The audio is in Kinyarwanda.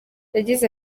yagize